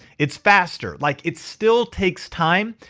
it's faster, like it still takes time.